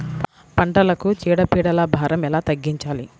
పంటలకు చీడ పీడల భారం ఎలా తగ్గించాలి?